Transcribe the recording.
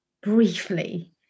briefly